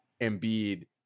Embiid